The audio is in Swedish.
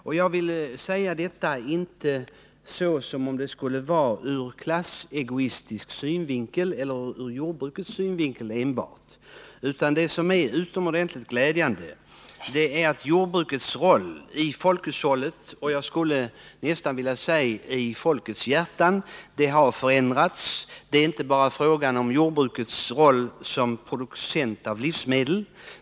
område Jag vill säga detta inte ur klassegoistisk synvinkel eller enbart ur jordbrukets synvinkel utan därför att det är utomordentligt glädjande att jordbrukets roll i folkhushållet och, skulle jag vilja säga, i folkets hjärtan har förändrats. Det är inte bara fråga om jordbrukets roll som producent av livsmedel.